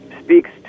speaks